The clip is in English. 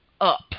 up